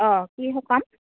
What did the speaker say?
অঁ কি সকাম